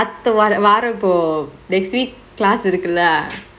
அத்த வார வாரப்போ:atte vaaro vaaropo next week class இருக்குல:irukkule